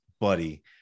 buddy